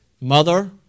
mother